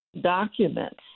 documents